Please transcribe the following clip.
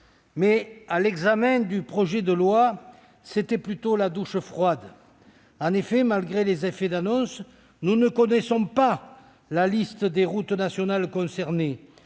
nom. À l'examen du projet de loi, ce fut plutôt la douche froide. En effet, malgré les effets d'annonce, nous ne connaissons pas la liste des routes nationales concernées.